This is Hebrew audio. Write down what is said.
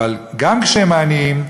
אבל גם כשהם עניים,